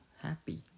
happy